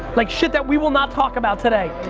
like shit that we will not talk about today.